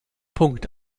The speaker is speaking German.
punkt